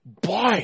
boy